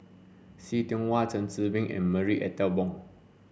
See Tiong Wah Chen Zhiming and Marie Ethel Bong